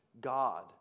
God